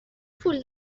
پول